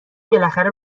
بالاخره